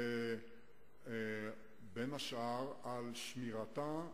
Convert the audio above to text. בין השאר על שמירתה,